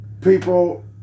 people